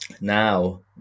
now